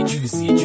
Juicy